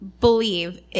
believe